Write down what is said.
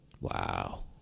Wow